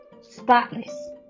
spotless